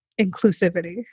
inclusivity